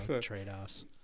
trade-offs